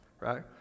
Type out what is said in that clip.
right